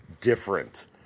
different